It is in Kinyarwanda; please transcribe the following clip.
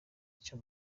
icyo